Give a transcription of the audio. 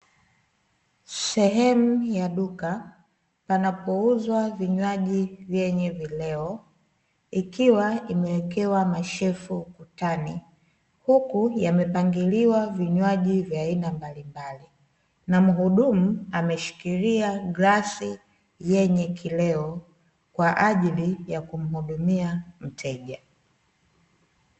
Sehemu ya duka panapouzwa vinywaji vyenye vileo, ikiwa imewekewa mashefu ukutani, huku yamepangiliwa vinywaji vya aina mbalimbali; na mhudumu ameshikilia glasi yenye kileo, kwa ajili ya kumhudumia mteja.